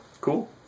Cool